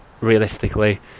realistically